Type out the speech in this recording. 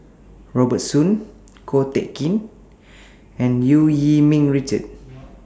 Robert Soon Ko Teck Kin and EU Yee Ming Richard